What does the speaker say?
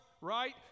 right